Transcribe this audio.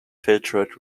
filtered